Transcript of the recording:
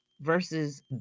versus